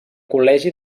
col·legi